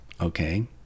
okay